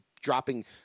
dropping